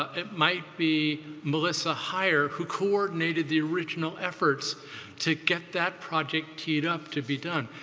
it might be melissa hier who coordinated the original efforts to get that project teed up to be done.